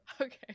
Okay